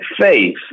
faith